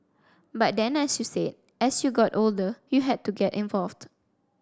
but then as you said as you got older you had to get involved